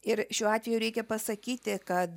ir šiuo atveju reikia pasakyti kad